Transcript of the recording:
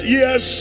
yes